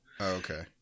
Okay